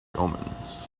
omens